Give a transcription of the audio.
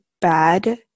bad